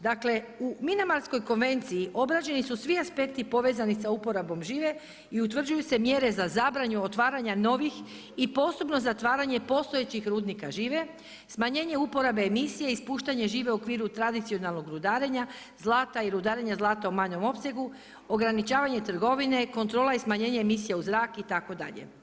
Dakle u MInamatskoj konvenciji obrađeni su svi aspekti povezani sa uporabom žive i utvrđuju se mjere za zabranu otvaranja novih i postupno zatvaranje postojećih rudnika žive, smanjene uporabe emisije i ispuštanje žive u okviru tradicionalnog rudarenja zlata i rudarenja zlata u manjem opsegu, ograničavanje trgovine, kontrola i smanjene emisija u zrak itd.